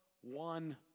one